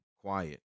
quiet